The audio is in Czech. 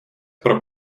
pro